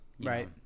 right